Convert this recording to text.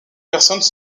personnes